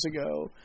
ago